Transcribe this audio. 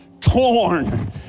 torn